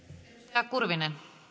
arvoisa